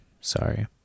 sorry